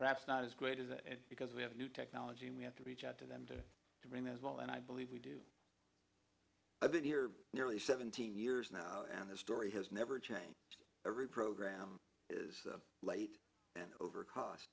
perhaps not as great as that because we have new technology and we have to reach out to them to train as well and i believe we do i've been here nearly seventeen years now and the story has never changed every program is late and over cost